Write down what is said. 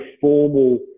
formal